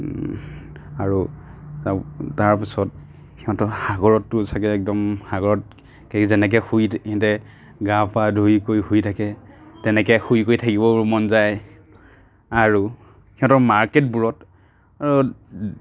আৰু তাৰ তাৰপিছত সিহঁতৰ সাগৰততো চাগৈ একদম সাগৰত যেনেকৈ শুই সিহঁতে গা পা ধুই কৰি শুই থাকে তেনেকৈ শুই কৰি থাকিবৰ মন যায় আৰু সিহঁতৰ মাৰ্কেটবোৰত